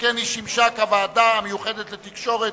שיצאה מתחת ידם של חברי הכנסת המציעים,